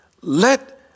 let